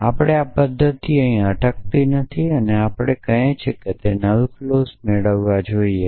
પરંતુ આપણી પદ્ધતિ અહીં અટકતી નથી આપણી પદ્ધતિ કહે છે કે આપણે નલ ક્લોઝ મેળવવી જ જોઇએ